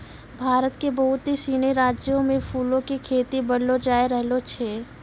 भारत के बहुते सिनी राज्यो मे फूलो के खेती बढ़लो जाय रहलो छै